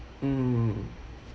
mm